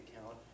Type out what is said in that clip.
account